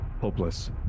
hopeless